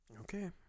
Okay